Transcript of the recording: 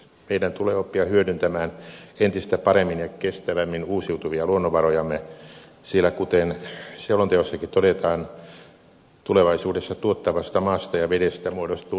meidän tulee oppia hyödyntämään entistä paremmin ja kestävämmin uusiutuvia luonnonvarojamme sillä kuten selonteossakin todetaan tulevaisuudessa tuottavasta maasta ja vedestä muodostuu niukkuustekijöitä